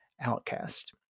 outcast